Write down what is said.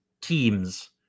teams